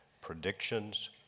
predictions